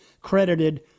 credited